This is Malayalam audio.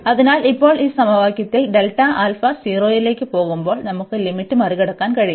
അതിനാൽ ഇപ്പോൾ ഈ സമവാക്യത്തിൽ 0 ലേക്ക് പോകുമ്പോൾ നമുക്ക് ലിമിറ്റ് മറികടക്കാൻ കഴിയും